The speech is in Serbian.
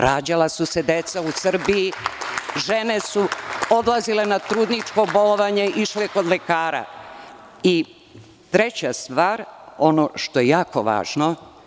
Rađala su se deca u Srbiji, žene su odlazile na trudničko bolovanje, išle kod lekara i treća stvar, ono što je jako važno.